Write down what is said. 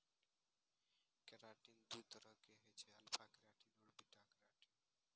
keratin दू तरहक होइ छै, अल्फा केराटिन आ बीटा केराटिन